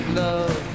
love